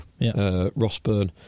Rossburn